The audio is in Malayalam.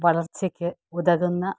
വളർച്ചയ്ക്ക് ഉതകുന്ന